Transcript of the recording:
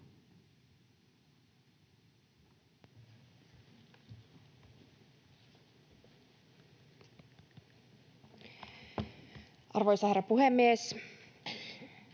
Arvoisa herra puhemies!